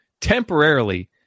temporarily